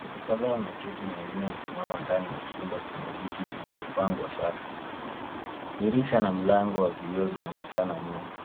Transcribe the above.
Watu kadhaa wameketi na wengine wamesimama ndani ya chumba chenye viti vilivyopangwa safu. Dirisha na mlango wa vioo vinaonekana nyuma